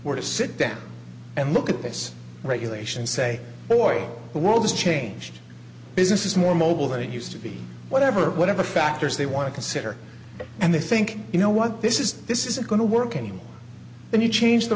were to sit down and look at this regulation say oh boy the world has changed business is more mobile than it used to be whatever whatever factors they want to consider and they think you know what this is this isn't going to work anymore and you change the